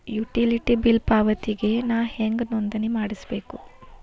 Utility bill ಪಾವತಿಗೆ ನಾ ಹೆಂಗ್ ನೋಂದಣಿ ಮಾಡ್ಸಬೇಕು?